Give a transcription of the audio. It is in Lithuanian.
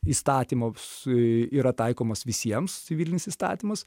įstatymo apsui yra taikomas visiems civilinis įstatymas